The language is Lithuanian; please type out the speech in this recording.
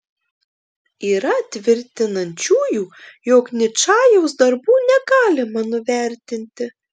yra tvirtinančiųjų jog ničajaus darbų negalima nuvertinti